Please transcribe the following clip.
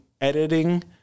editing